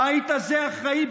הבית הזה אחראי,